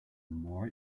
more